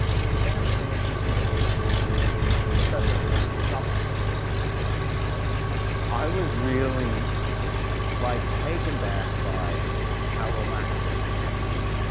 did stan ever say anything to you that was particularly special or poignant? he was obviously just a huge spirit, huge life force. i was really like taken back by how relaxed and happy.